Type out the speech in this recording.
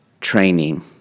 training